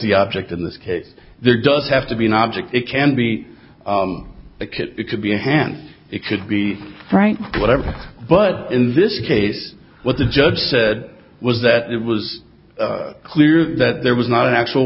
the object in this case there does have to be an object it can be a kit it could be a hand it could be right whatever but in this case what the judge said was that it was clear that there was not an actual